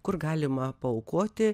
kur galima paaukoti